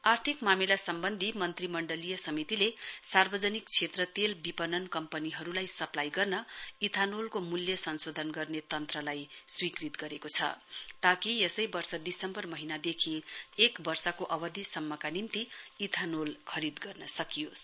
आर्थिक मामिला सम्बन्अधी मन्त्रीमण्डलबीच समितिले सार्वजनिक क्षेत्र तेल विपणन कम्पनीहरूलाई सप्लाई गर्न इथानोलको मूल्य संशोधन गर्ने तन्त्रलाई स्वीकृति गरेको छ ताकि यसै वर्ष दिम्बर महीनादेखि एक वर्षको अवधि सम्मका निम्ति इथानोल खरीद गर्न सकियोस्